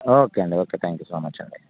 okay అండి okay thank you so much అండి